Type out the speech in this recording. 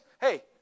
Hey